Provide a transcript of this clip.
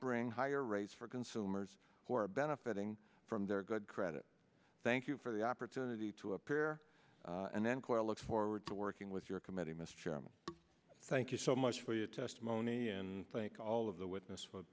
bring higher rates for consumers who are benefiting from their good credit thank you for the opportunity to appear and then quite look forward to working with your committee mr chairman thank you so much for your testimony and think all of the witness